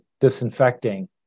disinfecting